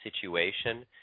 situation